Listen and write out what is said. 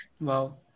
Wow